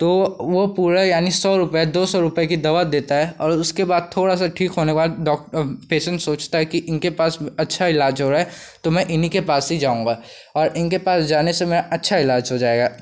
तो वह पूरा यानी सौ रुपये दो सौ रुपये की दवा देता है और उसके बाद थोड़ा सा ठीक होने के बाद डोक पेशेंट सोचता है कि इनके पास अच्छा इलाज हो रहा है तो मैं इनके पास ही जाऊँगा और इनके पास जाने से मेरा अच्छा इलाज हो जाएगा